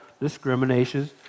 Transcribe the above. Discriminations